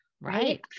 Right